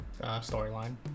storyline